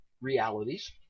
realities